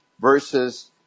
versus